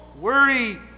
worry